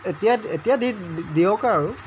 এতিয়া এতিয়া দি দিয়ক আৰু